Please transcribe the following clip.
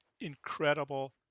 incredible